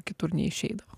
kitur neišeidavo